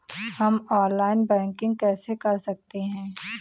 हम online banking कैसे कर सकते हैं?